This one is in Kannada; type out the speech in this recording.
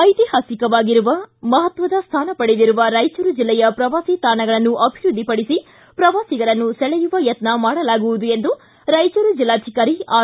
ಐತಿಹಾಸಿಕವಾಗಿ ಮಪತ್ತದ ಸ್ಲಾನ ಪಡೆದಿರುವ ರಾಯಚೂರು ಜಿಲ್ಲೆಯ ಪ್ರವಾಸಿ ತಾಣಗಳನ್ನು ಅಭಿವೃದ್ಧಿಪಡಿಸಿ ಪ್ರವಾಸಿಗರನ್ನು ಸೆಳೆಯುವ ಯತ್ನ ಮಾಡಲಾಗುವುದು ಎಂದು ರಾಯಚೂರು ಜಿಲ್ಲಾಧಿಕಾರಿ ಆರ್